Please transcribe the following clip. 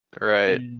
Right